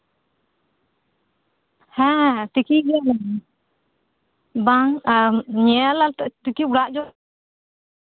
ᱦᱮᱸ ᱛᱤᱠᱤᱭ ᱜᱤᱭᱟᱹᱧ ᱵᱟᱝᱼ ᱵᱟᱝ ᱧᱮᱞ ᱛᱤᱠᱤ ᱚᱲᱟᱜ ᱜᱮ ᱵᱟᱹᱱᱩᱜ